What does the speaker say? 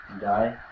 Die